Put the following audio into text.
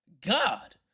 God